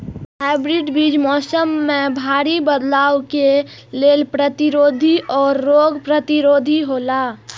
hybrid बीज मौसम में भारी बदलाव के लेल प्रतिरोधी और रोग प्रतिरोधी हौला